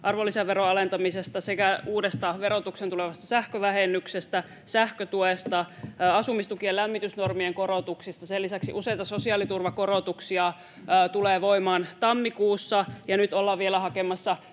arvonlisäveron alentamisesta sekä uudesta verotukseen tulevasta sähkövähennyksestä, sähkötuesta, asumistukien lämmitysnormien korotuksista. Sen lisäksi useita sosiaaliturvakorotuksia tulee voimaan tammikuussa, ja nyt ollaan vielä hakemassa